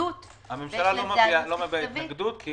התנגדות- -- הממשלה לא מביעה התנגדות כי